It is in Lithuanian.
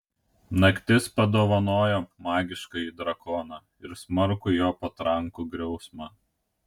naktis padovanojo magiškąjį drakoną ir smarkų jo patrankų griausmą